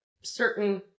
certain